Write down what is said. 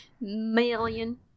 Million